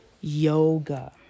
yoga